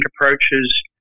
approaches